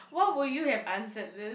what would you have answered this